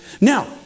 Now